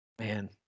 Man